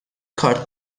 کارت